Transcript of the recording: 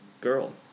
girl